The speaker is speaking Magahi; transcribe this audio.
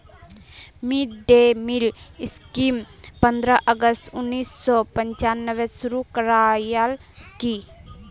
मिड डे मील स्कीमक पंद्रह अगस्त उन्नीस सौ पंचानबेत शुरू करयाल की